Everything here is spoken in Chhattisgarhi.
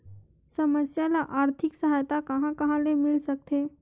समस्या ल आर्थिक सहायता कहां कहा ले मिल सकथे?